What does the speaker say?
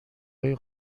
های